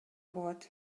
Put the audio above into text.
болот